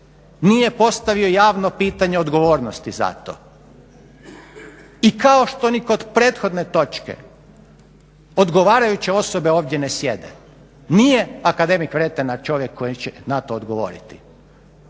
nije postavio javno pitanje odgovornosti za to i kao što ni kod prethodne točke odgovarajuće osobe ovdje ne sjede. Nije akademik Vretenar čovjek koji će na to odgovoriti.